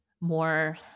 more